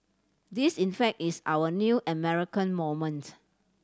this in fact is our new American moment